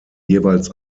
jeweils